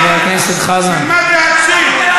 תלמד להקשיב, תלמד להקשיב.